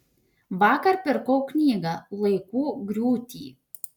vakar pirkau knygą laikų griūty